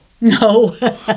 No